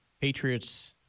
Patriots